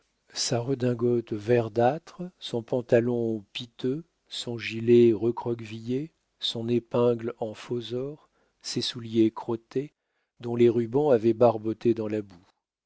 sa redingote verdâtre son pantalon piteux son gilet recroquevillé son épingle en faux or ses souliers crottés dont les rubans avaient barboté dans la boue